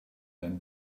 when